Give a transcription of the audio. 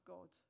God